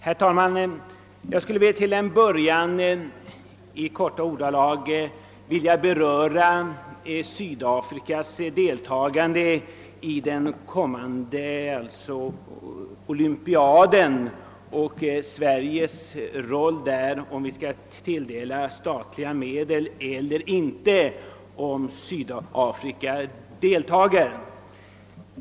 Herr talman! Jag skulle till en början i korta ordalag vilja beröra Sydafrikas deltagande i den kommande olympiaden och Sveriges roll i det sammanhanget. Frågan är om det skall anslås statliga medel eller inte om Sydafrika kommer att deltaga.